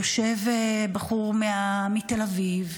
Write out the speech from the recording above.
יושב בחור מתל אביב,